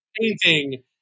painting